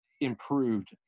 improved